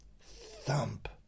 thump